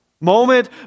moment